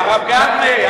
הרב גפני,